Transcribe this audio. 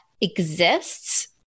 exists